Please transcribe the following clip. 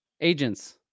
agents